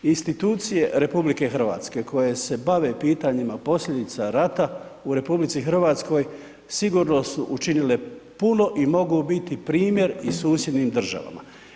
Institucije RH koje se bave pitanjima posljedica rata u RH, sigurno su učinile puno i mogu biti primjer i susjednim državama.